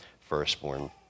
firstborn